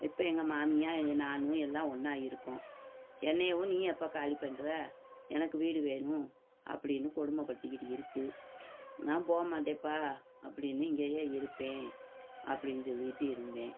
இப்போ எங்கள் மாமியார் நான் எல்லாம் ஒன்றா இருக்கோம் என்னைவும் நீ எப்போ காலிப் பண்ணுற எனக்கு வீடு வேணும் அப்படின்னு கொடுமைப்படுத்திக்கிட்டு இருக்குது நான் போகமாட்டேன்ப்பா அப்படின்னு இங்கேயே இருப்பேன் அப்படின்னு சொல்லிகிட்டு இருந்தேன்